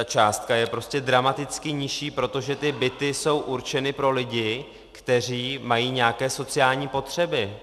Částka je prostě dramaticky nižší, protože byty jsou určeny pro lidi, kteří mají nějaké sociální potřeby.